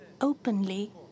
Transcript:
openly